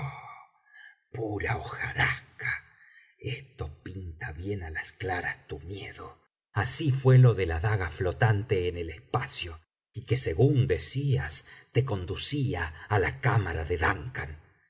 pura hojarasca esto pinta bien á las claras tu miedo así fué lo de la daga flotante en el espacio y que según decías te conducía á la cámara de